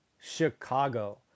Chicago